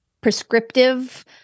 prescriptive